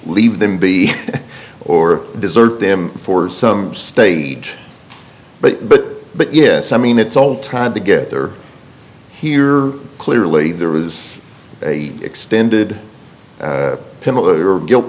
leave them be or desert them for some stage but but but yes i mean it's all tied together here clearly there was a extended